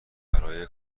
برای